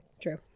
True